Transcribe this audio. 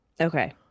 Okay